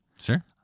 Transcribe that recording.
Sure